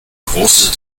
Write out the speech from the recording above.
große